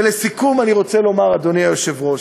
ולסיכום, אני רוצה לומר, אדוני היושב-ראש,